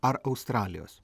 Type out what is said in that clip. ar australijos